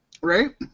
Right